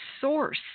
source